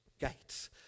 gates